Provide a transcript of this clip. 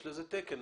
יש לזה תקן,